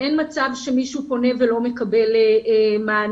אין מצב שמישהו פונה ולא מקבל מענה,